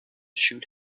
shoot